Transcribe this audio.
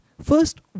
first